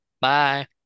bye